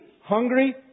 Hungry